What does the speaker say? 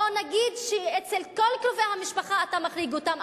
בוא נגיד שאצל כל קרובי המשפחה אתה מחריג אותם,